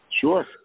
sure